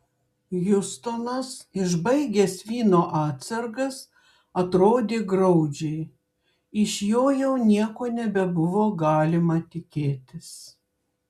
hiustonas išbaigęs vyno atsargas atrodė graudžiai iš jo jau nieko nebebuvo galima tikėtis